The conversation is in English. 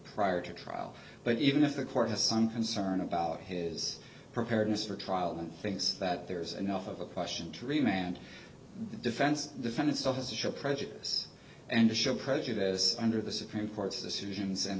prior to trial but even if the court has some concern about his preparedness for trial and thinks that there's enough of a question to remain and the defense defend itself as a show prejudice and to show prejudice under the supreme court's decisions and